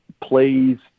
plays